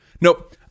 Nope